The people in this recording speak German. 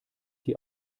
die